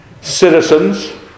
citizens